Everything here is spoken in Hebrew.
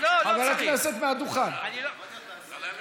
חבר הכנסת, מהדוכן.